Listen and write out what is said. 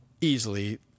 easily